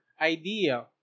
idea